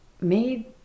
made